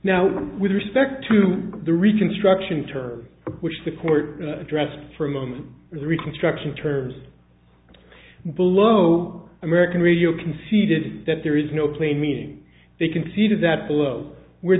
now with respect to the reconstruction term which the court addressed for a moment reconstruction terms below american radio conceded that there is no plain meaning they conceded that below where